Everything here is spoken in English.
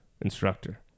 instructor